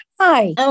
Hi